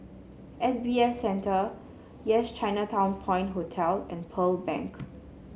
S B F Center Yes Chinatown Point Hotel and Pearl Bank